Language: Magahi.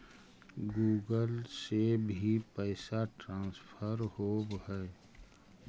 गुगल से भी पैसा ट्रांसफर होवहै?